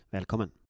Välkommen